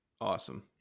Awesome